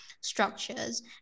structures